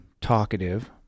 talkative